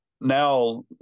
now